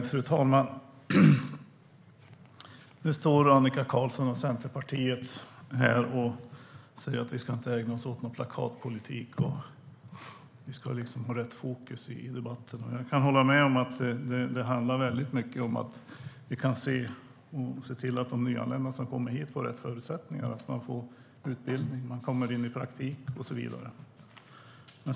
Fru talman! Nu står Annika Qarlsson från Centerpartiet här och säger att vi inte ska ägna oss åt någon plakatpolitik och att vi ska ha rätt fokus i debatten. Jag kan hålla med om det handlar väldigt mycket om att vi kan se till att de nyanlända som kommer hit får rätt förutsättningar, får utbildning, kommer in i praktik och så vidare.